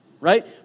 Right